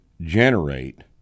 generate